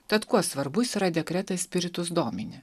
tad kuo svarbus yra dekretas spiritus domini